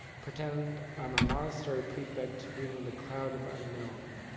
pretend i'm a monastery prefect reading the cloud of unknowing.